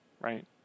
right